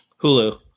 hulu